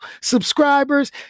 subscribers